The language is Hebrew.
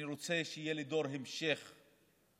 אני רוצה שיהיה דור המשך בחקלאות,